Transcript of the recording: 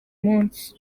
munsi